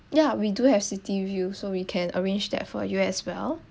yeah we do have city view so we can arrange that for you as well